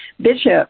Bishop